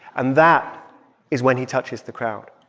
and that is when he touches the crowd